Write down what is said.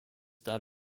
that